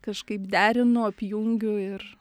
kažkaip derinu apjungiu ir